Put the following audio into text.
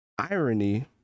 irony